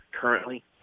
currently